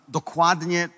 dokładnie